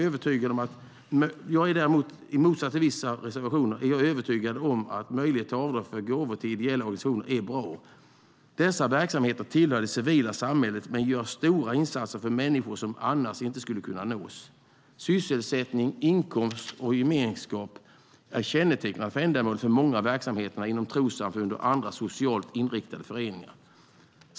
I motsats till vissa reservanter är jag övertygad om att möjlighet till avdrag för gåvor till ideella organisationer är bra. Dessa verksamheter tillhör det civila samhället men innebär stora insatser för människor som annars inte skulle kunna nås. Sysselsättning, inkomst och gemenskap är kännetecknande för ändamålet för många verksamheter inom trossamfund och andra socialt inriktade föreningar.